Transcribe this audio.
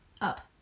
Up